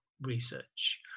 research